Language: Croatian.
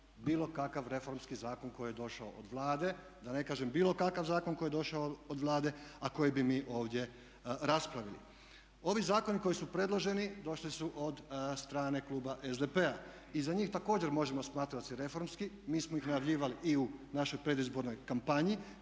bilo kakav reformski zakon koji je došao od Vlade, da ne kažem bilo kakav zakon koji je došao od Vlade, a koji bi mi ovdje raspravili. Ovi zakoni koji su predloženi došli su od strane kluba SDP-a i za njih također možemo smatrati da su reformski. Mi smo ih najavljivali i u našoj predizbornoj kampanji.